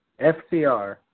FCR